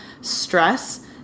stress